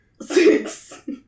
Six